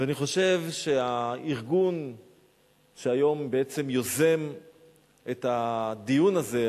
ואני חושב שהארגון שהיום בעצם יוזם את הדיון הזה,